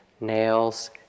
nails